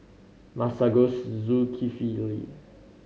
Masagos Zulkifli